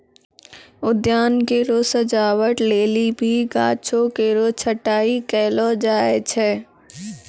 उद्यान केरो सजावट लेलि भी गाछो केरो छटाई कयलो जाय छै